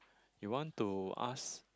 you want to ask